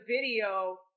video